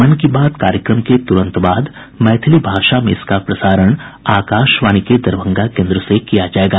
मन की बात कार्यक्रम के तुरंत बाद मैथिली भाषा में इसका प्रसारण आकाशवाणी के दरभंगा केन्द्र से किया जायेगा